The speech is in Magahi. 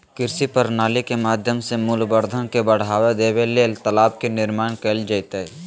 कृषि प्रणाली के माध्यम से मूल्यवर्धन के बढ़ावा देबे ले तालाब के निर्माण कैल जैतय